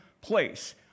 place